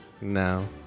No